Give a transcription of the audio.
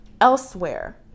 elsewhere